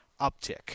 uptick